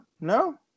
no